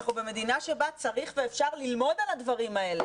אנחנו במדינה שבה אפשר וצריך ללמוד על הדברים האלה.